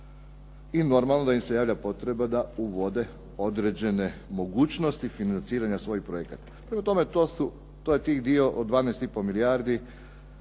i normalno da im se javlja potreba da uvode određene mogućnosti financiranja svojih projekata. Prema tome to su, to je tih dio od 12,5 milijardi